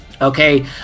Okay